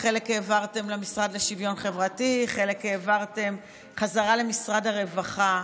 חלק העברתם למשרד לשוויון חברתי וחלק העברתם חזרה למשרד הרווחה.